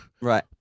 right